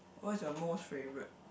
what is your most favourite